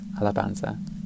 Alabanza